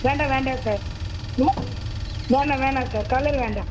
வேண்டாம் வேண்டாம் சார் இல்லை வேணாம் வேணாம் சார் கலர் வேண்டாம்